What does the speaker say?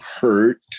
hurt